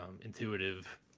intuitive